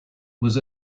was